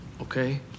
Okay